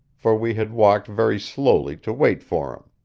for we had walked very slowly to wait for him.